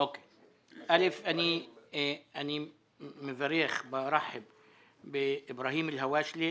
אני מברך את אברהים אלהושאלה,